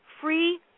free